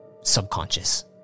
subconscious